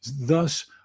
Thus